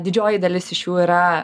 didžioji dalis iš jų yra